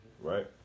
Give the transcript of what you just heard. Right